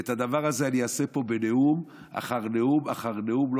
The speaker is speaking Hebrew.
את הדבר הזה אני אעשה פה בנאום אחר נאום אחר נאום.